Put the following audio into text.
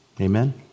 amen